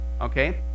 Okay